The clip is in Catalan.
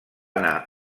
anar